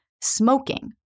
smoking